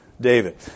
David